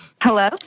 Hello